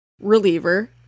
reliever